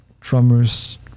drummers